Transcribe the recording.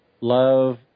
love